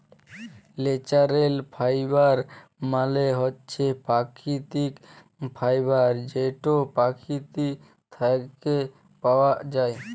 ল্যাচারেল ফাইবার মালে হছে পাকিতিক ফাইবার যেট পকিতি থ্যাইকে পাউয়া যায়